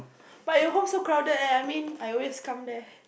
but your home so crowded eh I mean I always come there